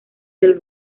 del